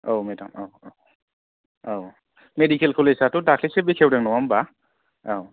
औ मेडाम औ औ औ मेडिकेल कलेजआथ' दाख्लैसो बेखेवदों नङा होमबा औ